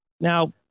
Now